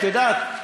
את יודעת,